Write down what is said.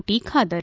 T Khader